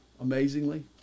amazingly